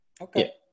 Okay